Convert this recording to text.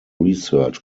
research